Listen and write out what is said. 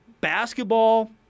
basketball